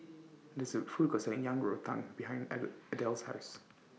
There IS A Food Court Selling Yang Rou Tang behind Adele Adele's House